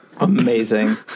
Amazing